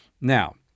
Now